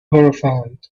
horrified